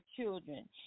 children